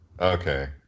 Okay